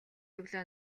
өглөө